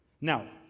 now